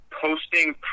posting